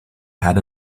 had